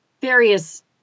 various